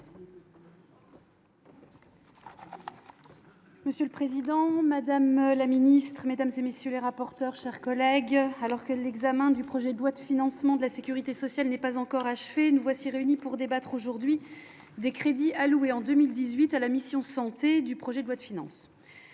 Monsieur le Président, Madame la Ministre Mesdames et messieurs les rapporteurs, chers collègues, alors que l'examen du projet de loi de financement de la Sécurité sociale n'est pas encore achevé, nous voici réunis pour débattre aujourd'hui des crédits alloués en 2018 à la mission santé du projet de loi de finances,